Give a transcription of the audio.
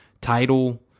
title